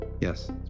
yes